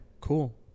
Cool